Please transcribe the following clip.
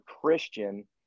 christian